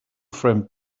framed